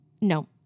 no